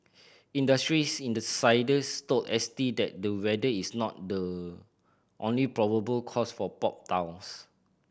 industry insiders told S T that the weather is not the only probable cause for popped tiles